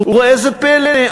וראה זה פלא,